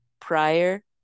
prior